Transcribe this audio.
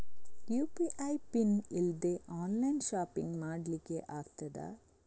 UPI PIN ಇಲ್ದೆ online shopping ಮಾಡ್ಲಿಕ್ಕೆ ಆಗ್ತದಾ?